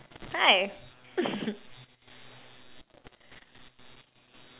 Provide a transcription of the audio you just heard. hi